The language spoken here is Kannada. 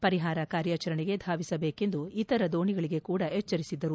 ಪರಿಪಾರ ಕಾರ್ಯಾಚರಣೆಗೆ ಧಾವಿಸಬೇಕೆಂದು ಇತರ ದೋಣಿಗಳಿಗೆ ಕೂಡಾ ಎಚ್ವರಿಸಿದ್ದರು